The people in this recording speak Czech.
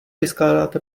vyskládáte